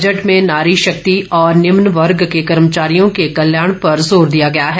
budget में नारी शक्ति और निम्न वर्ग के कर्मचारियों के कल्याण पर जोर दिया गया है